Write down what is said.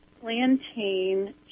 plantain